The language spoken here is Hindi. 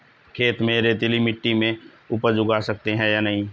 खेत में रेतीली मिटी में उपज उगा सकते हैं या नहीं?